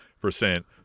percent